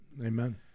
Amen